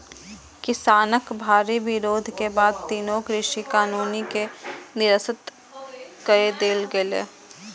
किसानक भारी विरोध के बाद तीनू कृषि कानून कें निरस्त कए देल गेलै